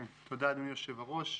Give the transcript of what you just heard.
תודה, אדוני היושב-ראש.